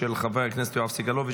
של חבר הכנסת יואב סגלוביץ',